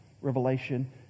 Revelation